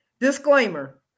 Disclaimer